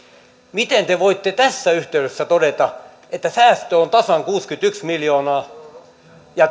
miten te voitte tässä yhteydessä todeta että säästö on tasan kuusikymmentäyksi miljoonaa ja